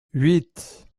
huit